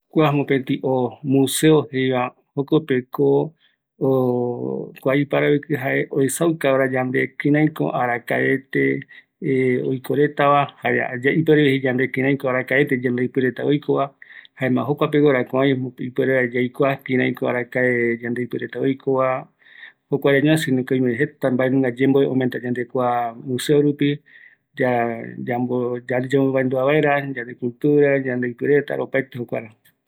Kua omopetï oo museo, jaeko jokoropi oikuauka yandeveva, öimeta guinoi arakae va oesauka vaera yandeve, jukuraï yaikua vaera yandereko reta, jukuraï yamboete vaera